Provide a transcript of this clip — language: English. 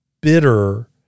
bitter